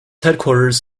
headquarters